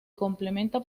positivamente